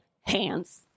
hands